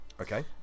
Okay